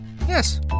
yes